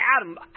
Adam